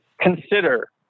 consider